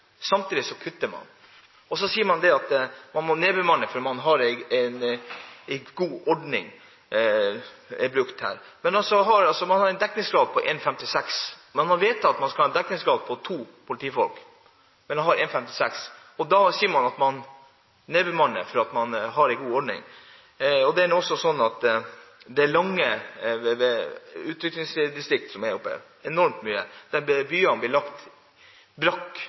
Samtidig kutter man. Så sier man at man må nedbemanne, fordi man har en god ordning – det er brukt her. Men man har en dekningsgrad på 1,56 – man har vedtatt at man skal ha en dekningsgrad på to politifolk, men dekningsgraden er 1,56. Og da sier man at man nedbemanner fordi man har en god ordning. Det er lange utrykningsavstander der oppe – enormt lange – og byene blir lagt brakk fordi det ikke er politi, og fordi de ikke får den hjelpen de